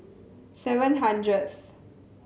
seven hundredth